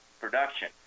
production